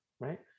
right